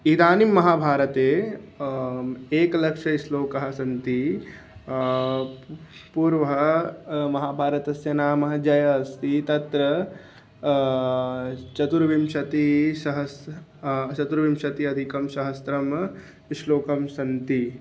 इदानिं महाभारते एकलक्षं श्लोकाः सन्ति प् पूर्वः महाभारतस्य नाम जयः अस्ति तत्र चतुर्विंशतिसहस्रं चतुर्विंशति अधिकं सहस्रं श्लोकाः सन्ति